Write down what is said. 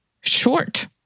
short